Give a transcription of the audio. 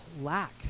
lack